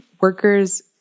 workers